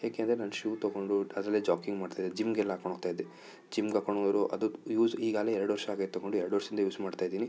ಏಕೆಂದರೆ ನಾನು ಶೂ ತಗೊಂಡು ಅದರಲ್ಲೆ ಜಾಗಿಂಗ್ ಮಾಡ್ತಾ ಇದ್ದೆ ಜಿಮ್ಮಿಗೆಲ್ಲ ಹಾಕೊಂಡ್ ಹೋಗ್ತಾ ಇದ್ದೆ ಜಿಮ್ಮಿಗೆ ಹಾಕೊಂಡು ಹೋದರು ಅದು ಯೂಸ್ ಈಗಲೇ ಎರಡು ವರ್ಷ ಆಗೋಯ್ತು ತಗೊಂಡು ಎರಡು ವರ್ಷದಿಂದ ಯೂಸ್ ಮಾಡ್ತಾ ಇದ್ದೀನಿ